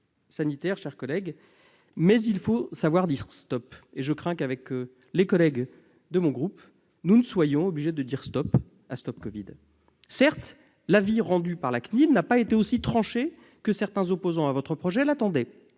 sanitaire, mes chers collègues, mais il faut savoir dire stop, et je crains que, avec les collègues de mon groupe, nous ne soyons obligés de dire stop à StopCovid. Certes, l'avis rendu par la CNIL n'a pas été aussi tranché que certains opposants à votre projet l'attendaient.